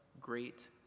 great